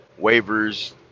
waivers